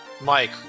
Mike